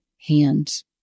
hands